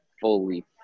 fully